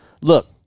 Look